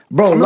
Bro